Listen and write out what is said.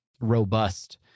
robust